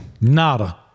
Nada